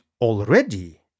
already